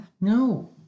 No